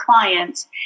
clients